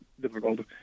difficult